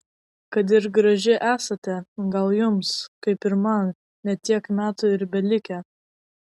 kad ir graži esate gal jums kaip ir man ne kiek metų ir belikę